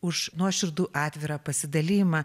už nuoširdų atvirą pasidalijimą